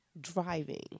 driving